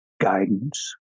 guidance